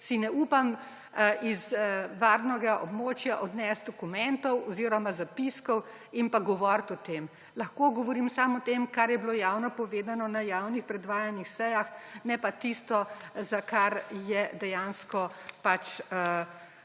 si ne upam iz varnega območja odnesti dokumentov oziroma zapiskov in govoriti o tem. Lahko govorim samo o tem, kar je bilo javno povedano na javno predvajanih sejah, ne pa tistega, za kar je dejansko pač